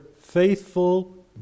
faithful